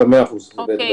בסדר, מאה אחוז, בהחלט.